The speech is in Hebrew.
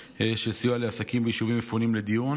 עסקים שנפגעו בערים מפונות ממשיכים לשלם